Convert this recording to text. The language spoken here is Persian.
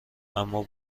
اما